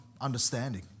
understanding